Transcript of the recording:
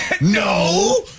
No